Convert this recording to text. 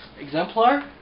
Exemplar